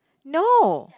no